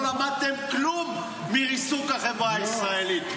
לא למדתם כלום מריסוק החברה הישראלית.